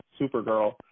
Supergirl